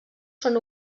són